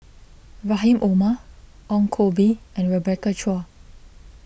Rahim Omar Ong Koh Bee and Rebecca Chua